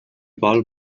vol